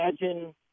Imagine